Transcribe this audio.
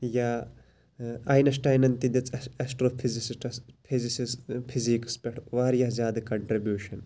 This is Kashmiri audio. یا آینَسٹاینَن تہِ دِژ ایٚس ایٚسٹرو فِزِسِسٹَس فزِکٕس پٮ۪ٹھ واریاہ زیادٕ کَنٹربیٚوشَن